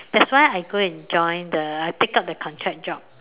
that's why I go and join the I pick up the contract job